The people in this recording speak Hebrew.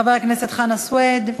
חבר הכנסת חנא סוייד,